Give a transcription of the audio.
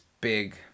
big